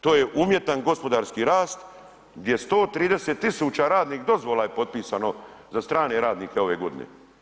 To je umjetan gospodarski rast gdje 130 tisuća radnih dozvola je potpisano za strane radnike ove godine.